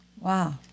Wow